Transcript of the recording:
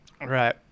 Right